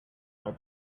but